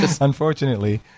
unfortunately